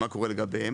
מה קורה לגביהם?